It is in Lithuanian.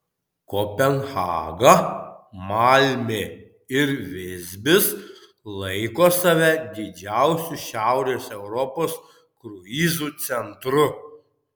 kopenhaga malmė ir visbis laiko save didžiausiu šiaurės europos kruizų centru